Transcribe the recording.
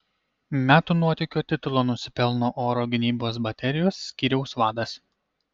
metų nuotykio titulo nusipelno oro gynybos baterijos skyriaus vadas